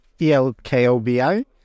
E-L-K-O-B-I